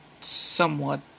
somewhat